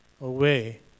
away